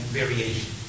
variation